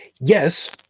yes